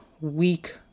week